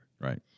Right